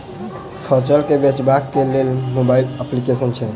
फसल केँ बेचबाक केँ लेल केँ मोबाइल अप्लिकेशन छैय?